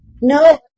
No